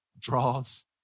draws